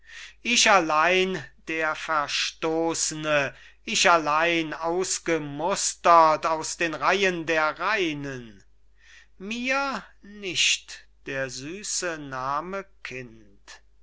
ich allein der verstossene ich allein ausgemustert aus den reihen der reinen mir nicht der süße name kind